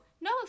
No